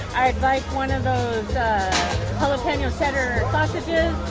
i'd like one of those jalapeno cheddar sausages